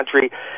country